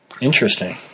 Interesting